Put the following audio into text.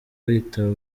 yitaba